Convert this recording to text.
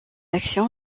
action